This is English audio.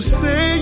say